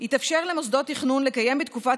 יתאפשר למוסדות תכנון לקיים בתקופת